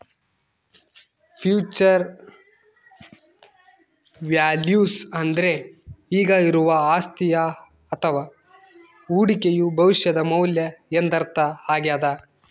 future value ಅಂದ್ರೆ ಈಗ ಇರುವ ಅಸ್ತಿಯ ಅಥವ ಹೂಡಿಕೆಯು ಭವಿಷ್ಯದ ಮೌಲ್ಯ ಎಂದರ್ಥ ಆಗ್ಯಾದ